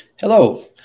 Hello